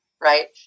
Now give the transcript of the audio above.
right